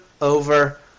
over